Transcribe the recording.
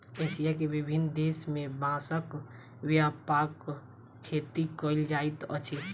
Asia के विभिन्न देश में बांसक व्यापक खेती कयल जाइत अछि